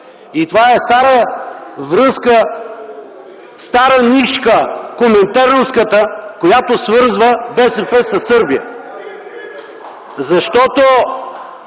Това е стара връзка, стара нишка – коминтерновската, която свързва БСП със Сърбия. Защото